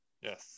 Yes